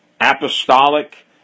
apostolic